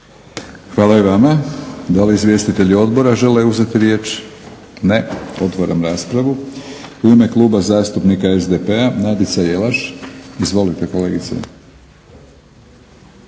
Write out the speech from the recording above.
Hvala i vama. Da li izvjestitelji odbora žele uzeti riječ? Ne. Otvaram raspravu. U ime Kluba zastupnika SDP-a Nadica Jelaš. Izvolite kolegice.